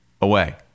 away